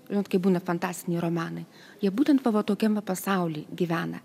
vat kai būna fantastiniai romanai jie būtent tavo tokiame pasauly gyvena